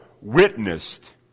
witnessed